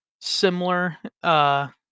similar